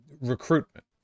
recruitment